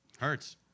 hurts